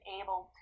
able